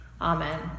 Amen